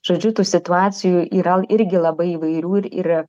žodžiu tų situacijų yra irgi labai įvairių ir